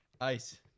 Ice